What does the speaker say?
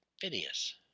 Phineas